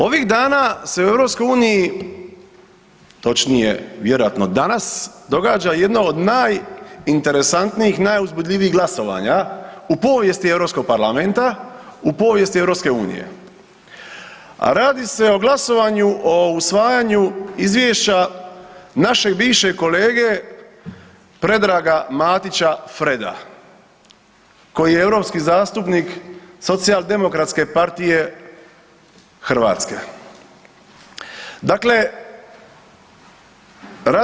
Ovih danas se u EU, točnije vjerojatno danas događa jedno od najinteresantnijih i najuzbudljivijih glasovanja u povijesti EU parlamenta, u povijesti EU, a radi se o glasovanju o usvajanju izvješća našeg bivšeg kolege Predraga Matića Freda koji je EU zastupnik Socijaldemokratske partije Hrvatske.